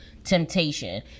Temptation